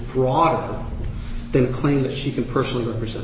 broader then claim that she can personally present